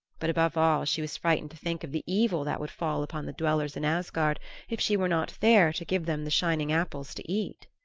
but above all she was frightened to think of the evil that would fall upon the dwellers in asgard if she were not there to give them the shining apples to eat.